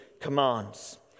commands